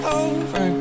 over